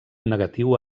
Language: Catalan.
negatiu